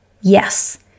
Yes